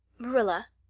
marilla,